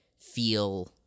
feel